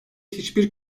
hiçbir